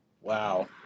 Wow